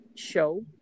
Show